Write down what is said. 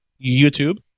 YouTube